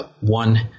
one